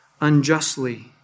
unjustly